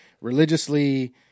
religiously